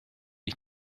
ich